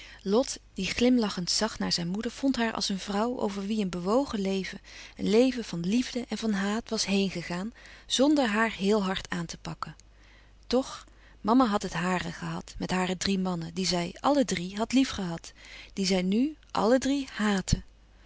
lot die glimlachend zag naar zijn moeder vond haar als een vrouw over wie een bewogen leven een leven van liefde en van haat was heengegaan zonder haar heel hard aan te pakken toch mama had het hare gehad met hare drie mannen die zij alle drie had liefgehad die zij nù alle drie haatte